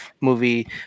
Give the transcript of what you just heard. movie